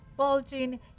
Bulging